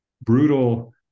brutal